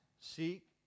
seek